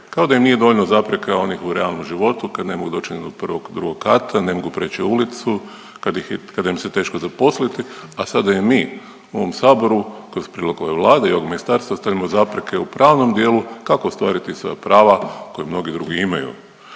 kao da im nije dovoljno zapreka onih u realnom životu kad ne mogu doći ni do prvog, drugog kata, ne mogu prijeći ulicu, kada im se teško zaposliti, a sad i mi u ovom saboru kroz prijedlog ove Vlade i ovog ministarstva stavljamo zapreke u pravnom dijelu kako ostvariti svoja prava koja mnogi drugi imaju.